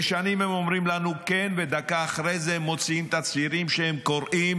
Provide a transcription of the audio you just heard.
ושנים הם אומרים לנו "כן" ודקה אחרי זה מוציאים תצהירים שהם קוראים